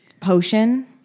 potion